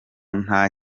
nta